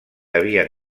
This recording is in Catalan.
havien